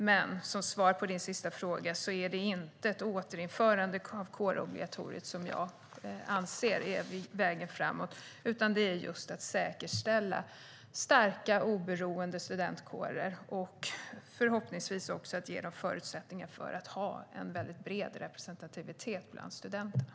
Men som svar på Boriana Åbergs sista fråga är det inte ett återinförande av kårobligatoriet som jag anser är vägen framåt, utan det är just att säkerställa och stärka oberoende studentkårer och förhoppningsvis också ge dem förutsättningar för att ha en mycket bred representativitet bland studenterna.